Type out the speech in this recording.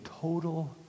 total